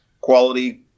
quality